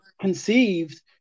conceived